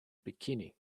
bikini